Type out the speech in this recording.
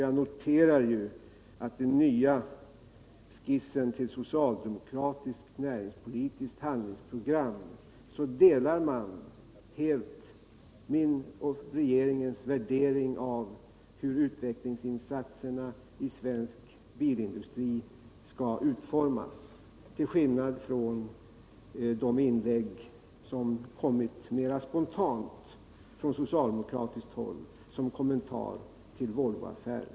Jag noterar att i den nya skissen till socialdemokratiskt näringspolitiskt handlingsprogram delar man helt min och regeringens värdering av hur utvecklingsinsatserna i svensk bilindustri skall utformas — till skillnad från de inlägg som kommit mera spontant från socialdemokratiskt håll som kommentar till Volvoaffären.